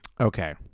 Okay